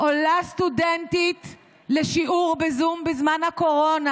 עולה סטודנטית לשיעור בזום בזמן הקורונה.